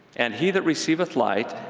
and he that receiveth light,